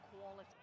quality